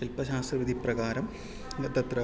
शिल्पशास्त्रविधिप्रकारं तत्र